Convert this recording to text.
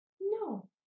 No